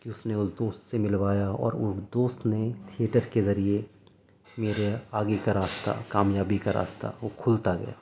کہ اس نے اس دوست سے ملوایا اور اس دوست نے تھئیٹر کے ذریعے میرے آگے کا راستہ کامیابی کا راستہ وہ کھلتا گیا